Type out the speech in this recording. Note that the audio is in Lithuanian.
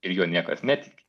ir juo niekas netiki